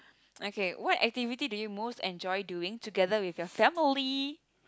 okay what activity do you most enjoy doing together with your family